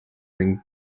bring